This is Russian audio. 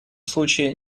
случае